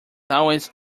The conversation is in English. always